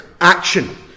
action